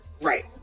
Right